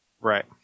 Right